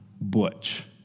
Butch